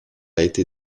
été